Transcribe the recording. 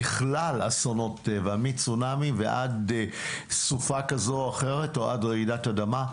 ככל אסונות טבע מצונאמי ועד סופה כזו או אחרת או עד רעידת אדמה.